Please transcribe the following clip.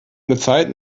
gezeiten